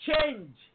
change